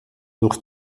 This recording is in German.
durch